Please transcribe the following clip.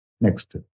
Next